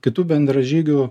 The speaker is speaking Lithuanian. kitų bendražygių